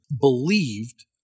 believed